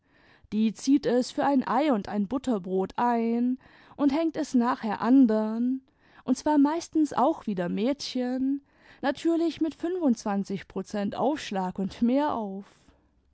die zieht es für ein i und ein butterbrot ein und hängt es nachher andern und zwar meistens auch wieder mädchen natürlich mit fünfundzwanzig prozent aufschlag und mehr auf